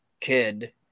Kid